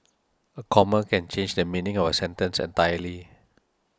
a comma can change the meaning of a sentence entirely